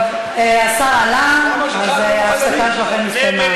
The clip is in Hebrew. טוב, השר עלה אז ההפסקה שלכם הסתיימה.